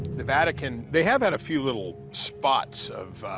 the vatican, they have had a few little spots of,